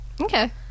Okay